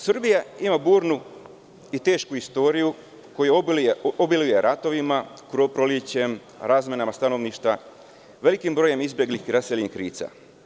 Srbija ima burnu i tešku istoriju, koja obiluje ratovima, krvoprolićem, razmenama stanovništva, velikim brojem izbeglih i raseljenih lica.